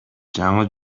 жаңы